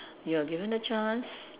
you are given the chance